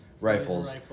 Rifles